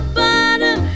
bottom